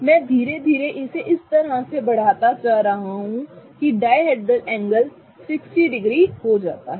मैं धीरे धीरे इस तरह बढ़ता जा रहा हूं कि डायहेड्रल एंगल 60 डिग्री हो जाता है